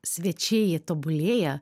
svečiai tobulėja